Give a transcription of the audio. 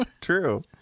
True